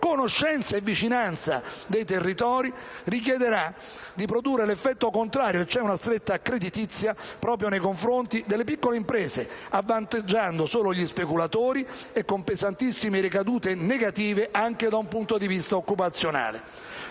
conoscenza e vicinanza dei territori - rischierà di produrre l'effetto contrario e cioè una stretta creditizia proprio nei confronti delle piccole e medie imprese, avvantaggiando solo gli speculatori e con pesantissime ricadute negative, anche da un punto di vista occupazionale.